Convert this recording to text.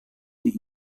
die